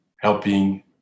helping